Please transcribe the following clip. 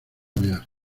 mear